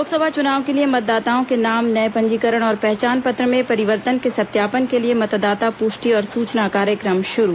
लोकसभा चुनाव के लिए मतदाताओं के नाम नए पंजीकरण और पहचान पत्र में परिवर्तन के सत्यापन के लिए मतदाता पुष्टि और सूचना कार्यक्रम शुरू